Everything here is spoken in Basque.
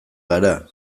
gara